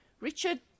Richard